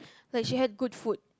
like she had good food